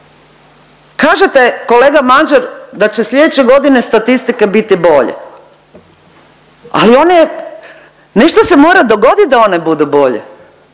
Kažete kolega Mažar da će slijedeće godine statistike biti bolje, ali one nešto se mora dogoditi da one budu bolje,